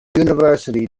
university